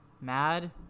Mad